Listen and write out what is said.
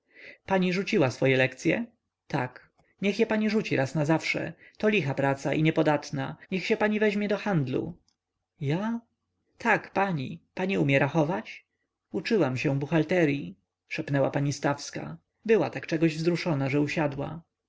pani rzuciła swoje lekcye tak niech je pani rzuci raz nazawsze to licha praca i niepopłatna niech się pani weźmie do handlu ja tak pani pani umie rachować uczyłam się buchalteryi szepnęła pani stawska była tak czegoś wzruszona że usiadła